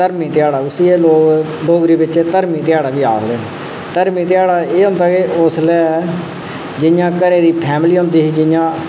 धर्मी ध्याड़ा उसी लोक डोगरी बिच धर्मी ध्याड़ा आखदे न धर्मी ध्याड़ा एह् होंदा कि उसलै जि'यां घरै दी फैमिली होंदी ही जि'यां